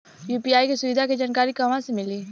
UPI के सुविधा के जानकारी कहवा से मिली?